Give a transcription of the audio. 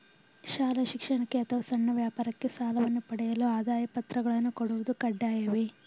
ಶಾಲಾ ಶಿಕ್ಷಣಕ್ಕೆ ಅಥವಾ ಸಣ್ಣ ವ್ಯಾಪಾರಕ್ಕೆ ಸಾಲವನ್ನು ಪಡೆಯಲು ಆದಾಯ ಪತ್ರಗಳನ್ನು ಕೊಡುವುದು ಕಡ್ಡಾಯವೇ?